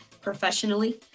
professionally